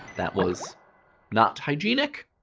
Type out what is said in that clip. that was not hygienic.